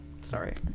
sorry